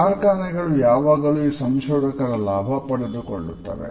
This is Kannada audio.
ಕಾರ್ಖಾನೆಗಳು ಯಾವಾಗಲೂ ಈ ಸಂಶೋಧಕರ ಲಾಭ ಪಡೆದುಕೊಳ್ಳುತ್ತವೆ